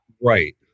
Right